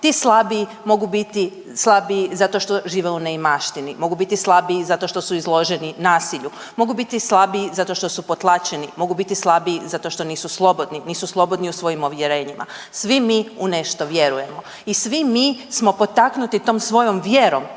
Ti slabiji mogu biti slabiji zato što žive u neimaštini, mogu bili slabiji zato što su izloženi nasilju, mogu biti slabiji zato što su potlačeni, mogu biti slabiji zato što nisu slobodni, nisu slobodni u svojim uvjerenjima. Svi mi u nešto vjerujemo i svi mi smo potaknuti tom svojom vjerom